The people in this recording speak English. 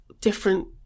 different